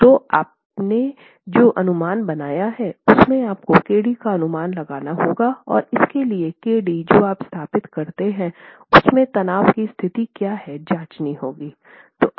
तो आपने जो अनुमान बनाया है उसमे आपको kd का अनुमान लगाना होगा और इसके लिए kd जो आप स्थापित करते हैं उसमे तनाव की स्थिति क्या है जाँचनी होंगी